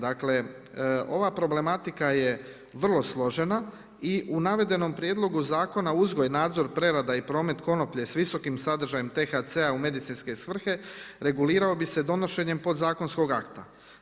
Dakle, ova problematika je vrlo složena i u navedenom prijedlogu zakona uzgoj, nadzor, prerada i promet konoplje sa visokim sadržajem THC-a u medicinske svrhe regulirao bi se donošenjem podzakonskog akta.